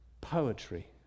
poetry